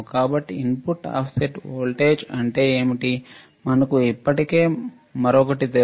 కాబట్టి input offset voltage అంటే ఏమిటి మనకు ఇప్పటికే మరొకటి తెలుసు